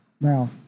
Now